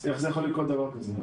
איך יכול לקרות דבר כזה?